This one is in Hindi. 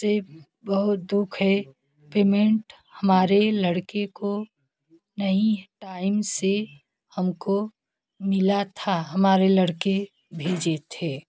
से बहुत दुख है पेमेंट हमारे लड़के को नहीं टाइम से हमको मिला था हमारे लड़के भेजे थे